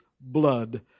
blood